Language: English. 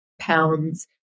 pounds